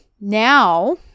now